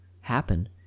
happen